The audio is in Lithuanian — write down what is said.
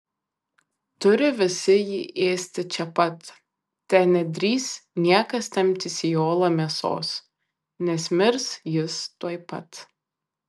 turi visi jį ėsti čia pat te nedrįs niekas temptis į olą mėsos nes mirs jis tuoj pat